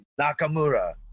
Nakamura